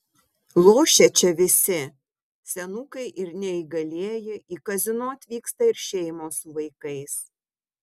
lošia čia visi senukai ir neįgalieji į kazino atvyksta ir šeimos su vaikais